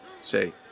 say